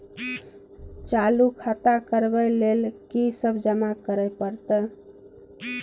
खाता चालू करबै लेल की सब जमा करै परतै?